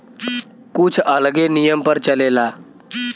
कुछ अलगे नियम पर चलेला